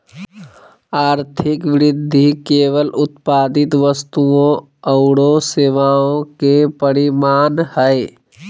आर्थिक वृद्धि केवल उत्पादित वस्तुओं औरो सेवाओं के परिमाण हइ